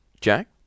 Jack